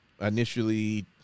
initially